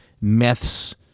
myths